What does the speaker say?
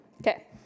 Okay